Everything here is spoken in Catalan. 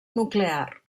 nuclear